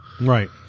right